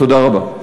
תודה רבה.